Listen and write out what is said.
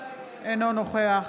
אינו נוכח